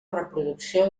reproducció